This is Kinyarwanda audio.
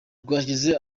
rwashyize